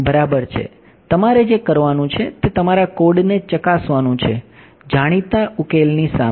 બરાબર છે તમારે જે કરવાનું છે તે તમારા કોડને ચકસવાનું છે જાણીતા ઉકેલની સામે